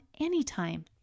anytime